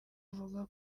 avuga